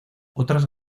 otras